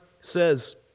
says